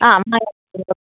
অঁ